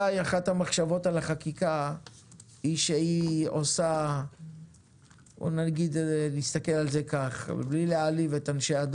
החקיקה הזאת שמוצעת תאפשר איזון תקציבי של